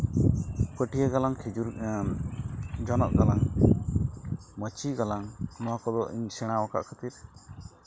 ᱯᱟᱹᱴᱤᱭᱟᱹ ᱜᱟᱞᱟᱝ ᱠᱷᱮᱡᱩᱨ ᱡᱚᱱᱚᱜ ᱜᱟᱞᱟᱝ ᱢᱟᱹᱪᱤ ᱜᱟᱞᱟᱝ ᱱᱚᱣᱟ ᱠᱚᱫᱚ ᱤᱧᱤᱧ ᱥᱮᱬᱟ ᱟᱠᱟᱫ ᱠᱷᱟᱹᱛᱤᱨ